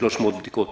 300 בדיקות,